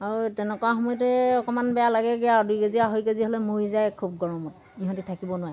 আৰু তেনেকুৱা সময়তে অকণমান বেয়া লাগেগৈ আৰু দুই কেজি আঢ়ৈ কেজি হ'লে মৰি যায় খুব গৰমত ইহঁতি থাকিব নোৱাৰে